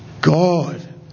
God